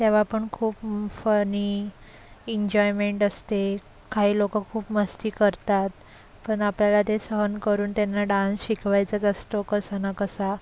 तेव्हा पण खूप फनी इनजॉयमेंट असते काही लोकं खूप मस्ती करतात पण आपल्याला ते सहन करून त्यांना डांस शिकवायचाच असतो कसा ना कसा